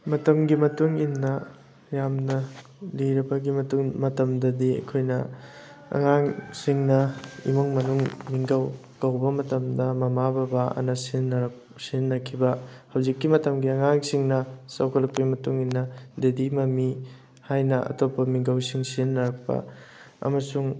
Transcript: ꯃꯇꯝꯒꯤ ꯃꯇꯨꯡꯏꯟꯅ ꯌꯥꯝꯅ ꯂꯤꯔꯕꯒꯤ ꯃꯇꯨꯡ ꯃꯇꯝꯗꯗꯤ ꯑꯩꯈꯣꯏꯅ ꯑꯉꯥꯡꯁꯤꯡꯅ ꯏꯃꯨꯡ ꯃꯅꯨꯡ ꯃꯤꯡꯒꯧ ꯀꯧꯕ ꯃꯇꯝꯗ ꯃꯃꯥ ꯕꯕꯥꯑꯅ ꯁꯤꯖꯤꯟꯅꯔꯛ ꯁꯤꯖꯤꯟꯅꯈꯤꯕ ꯍꯧꯖꯤꯛꯀꯤ ꯃꯇꯝꯒꯤ ꯑꯉꯥꯡꯁꯤꯡꯅ ꯆꯥꯎꯈꯠꯂꯛꯄꯒꯤ ꯃꯇꯨꯡꯏꯟꯅ ꯗꯦꯗꯤ ꯃꯝꯃꯤ ꯍꯥꯏꯅ ꯑꯇꯣꯞꯄ ꯃꯤꯡꯒꯧ ꯁꯨꯝ ꯁꯤꯖꯤꯟꯅꯔꯛꯄ ꯑꯃꯁꯨꯡ